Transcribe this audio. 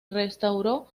restauró